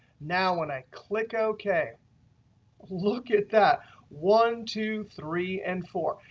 now, when i click ok look at that one, two, three, and four.